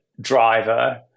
driver